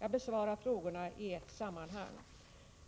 Jag besvarar frågorna i ett sammanhang.